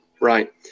right